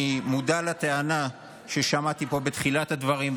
אני מודע לטענה ששמעתי פה בתחילת הדברים,